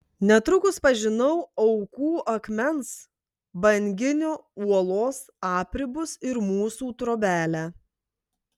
netrukus pažinau aukų akmens banginio uolos apribus ir mūsų trobelę